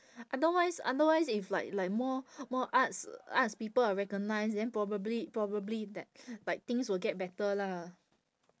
otherwise otherwise if like like more more arts arts people are recognise then probably probably that like things will get better lah